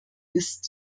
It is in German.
ist